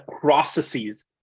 processes